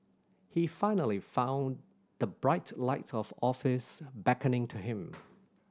he finally found the bright light of office beckoning to him